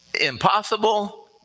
Impossible